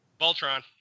Voltron